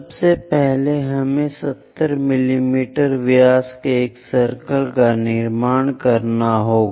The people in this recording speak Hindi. सबसे पहले हमें 70 मिमी व्यास के एक सर्कल का निर्माण करना होगा